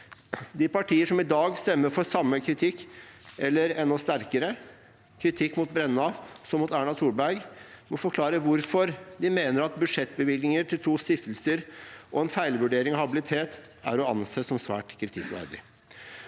De partier som i dag stemmer for samme kritikk eller enda sterkere kritikk, like sterk mot Brenna som mot Erna Solberg, må forklare hvorfor de mener at budsjettbevilgninger til to stiftelser og en feilvurdering av habilitet er å anse som svært kritikkverdig,